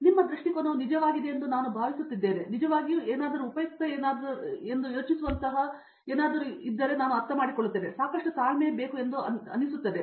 ನಿಮ್ಮ ದೃಷ್ಟಿಕೋನವು ನಿಜವಾಗಿದೆಯೆಂದು ನಾನು ಭಾವಿಸುತ್ತಿದ್ದೇನೆ ಮತ್ತು ನೀವು ನಿಜವಾಗಿಯೂ ನಾವು ಏನಾದರೂ ಉಪಯುಕ್ತವೆಂದು ಯೋಚಿಸುತ್ತಿದ್ದೇವೆ ಎಂದು ನಾನು ಭಾವಿಸುತ್ತೇನೆ ಮತ್ತು ನಾನು ಅರ್ಥಮಾಡಿಕೊಂಡಿದ್ದೇನೆ ಸಾಕಷ್ಟು ತಾಳ್ಮೆ ಇದೆ ಎಂದು ನಾನು ಭಾವಿಸುತ್ತೇನೆ